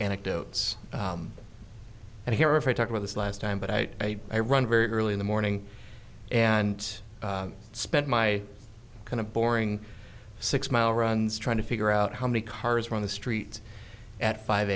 anecdotes and hear if i talk about this last time but i i run very early in the morning and spent my kind of boring six mile runs trying to figure out how many cars were on the streets at five